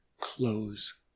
close